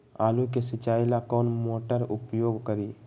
आलू के सिंचाई ला कौन मोटर उपयोग करी?